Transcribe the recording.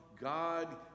God